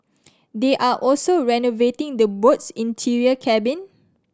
they are also renovating the boat's interior cabin